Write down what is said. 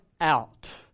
out